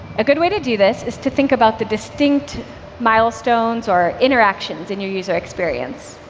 a good way to do this is to think about the distinct milestones or interactions in your user experience.